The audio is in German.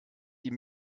die